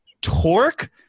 torque